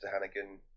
Hannigan